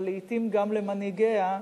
ולעתים גם למנהיגיה,